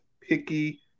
picky